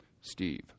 Steve